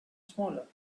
smaller